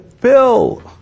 bill